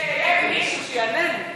קיוויתי שיעלה מישהו ויענה לי.